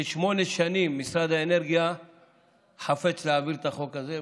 כשמונה שנים משרד האנרגיה חפץ להעביר את החוק הזה.